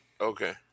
Okay